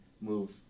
move